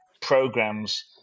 Programs